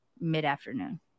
mid-afternoon